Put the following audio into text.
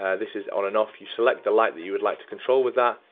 yeah this is on and off. you select the light that you would like to control with that,